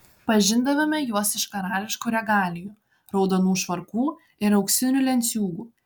pažindavome juos iš karališkų regalijų raudonų švarkų ir auksinių lenciūgų